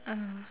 uh